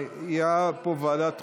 היה פה ועדת החוקה.